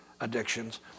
addictions